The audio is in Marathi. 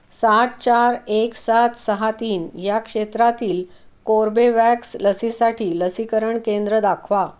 सात चार एक सात सहा तीन या क्षेत्रातील कोर्बेवॅक्स लसीसाठी लसीकरण केंद्र दाखवा